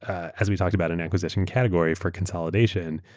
as we talked about in acquisition category for consolidation,